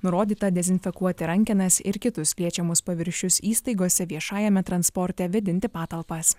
nurodyta dezinfekuoti rankenas ir kitus liečiamus paviršius įstaigose viešajame transporte vėdinti patalpas